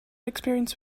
experience